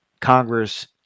Congress